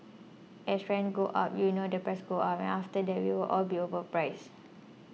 as rents go up you know the prices go up and after a while we'll be overpriced